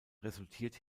resultiert